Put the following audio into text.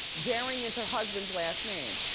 darring is her husband's last name.